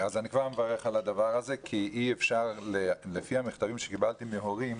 אני כבר מברך על הדבר הזה כי לפי המכתבים שקיבלתי מהורים,